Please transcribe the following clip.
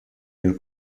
your